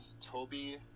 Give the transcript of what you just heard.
Toby